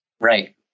Right